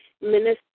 minister